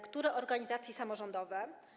Które organizacje samorządowe?